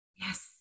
Yes